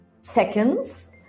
seconds